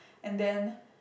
and then